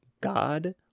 God